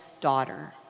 daughter